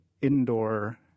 indoor